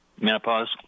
menopause